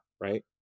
right